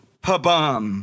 pabam